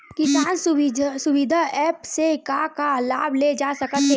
किसान सुविधा एप्प से का का लाभ ले जा सकत हे?